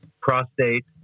prostate